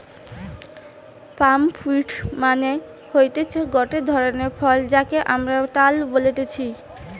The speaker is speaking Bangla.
পাম ফ্রুইট মানে হতিছে গটে ধরণের ফল যাকে আমরা তাল বলতেছি